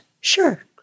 sure